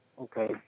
Okay